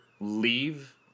leave